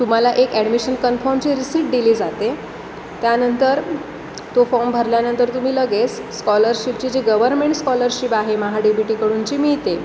तुम्हाला एक ॲडमिशन कन्फर्मची रिसीट दिली जाते त्यानंतर तो फॉर्म भरल्यानंतर तुम्ही लगेच स्कॉलरशिपची जी गवर्मेंट स्कॉलरशिप आहे महा डे बी टीकडूनची मिळते